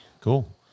cool